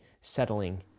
settling